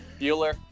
Bueller